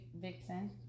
Vixen